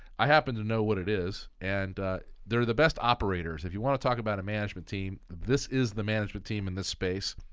i happen to know what it is, and they're the best operators. if you want to talk about a management team, this is the management team in this space.